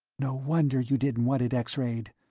no wonder you didn't want it x-rayed,